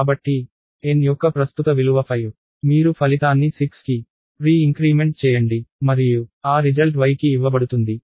కాబట్టి n యొక్క ప్రస్తుత విలువ 5 మీరు ఫలితాన్ని 6 కి ప్రీ ఇంక్రీమెంట్ చేయండి మరియు ఆ రిజల్ట్ y కి ఇవ్వబడుతుంది